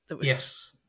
Yes